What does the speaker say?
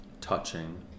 touching